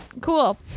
cool